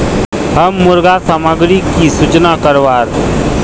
हम मुर्गा सामग्री की सूचना करवार?